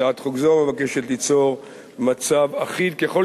הצעת חוק זו מבקשת ליצור מצב אחיד ככל